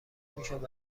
میشد